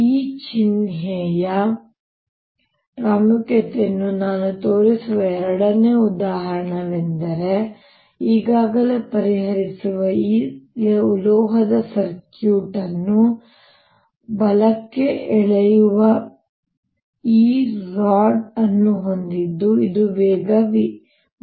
ಈ ಚಿಹ್ನೆಯ ಪ್ರಾಮುಖ್ಯತೆಯನ್ನು ನಾನು ತೋರಿಸುವ ಎರಡನೇ ಉದಾಹರಣೆಯೆಂದರೆ ನಾವು ಈಗಾಗಲೇ ಪರಿಹರಿಸಿರುವ ಈ ಲೋಹದ ಸರ್ಕ್ಯೂಟ್ ಅನ್ನು ಬಲಕ್ಕೆ ಎಳೆಯುವ ಈ ರಾಡ್ ಅನ್ನು ಹೊಂದಿದ್ದು ಇದು ವೇಗ v